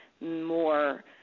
more